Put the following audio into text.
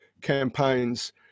campaigns